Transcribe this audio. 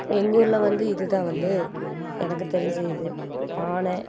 எங்கூரில் வந்து இதுதான் வந்து எனக்கு தெரிஞ்ச இது பானை